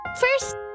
First